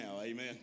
amen